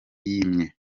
yimye